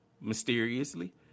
mysteriously